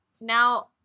Now